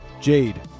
Jade